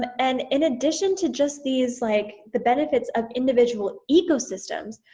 and in addition to just these like the benefits of individual ecosystems,